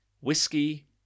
whiskey